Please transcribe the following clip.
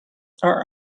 are